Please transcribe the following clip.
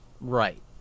right